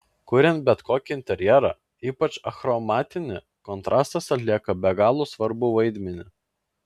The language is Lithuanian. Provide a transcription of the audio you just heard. kuriant bet kokį interjerą ypač achromatinį kontrastas atlieka be galo svarbų vaidmenį